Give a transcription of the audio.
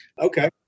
Okay